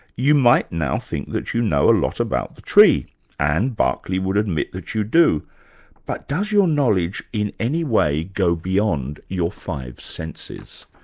you might now think that you know a lot about the tree and berkeley would admit that you do but does your knowledge in any way go beyond your five senses?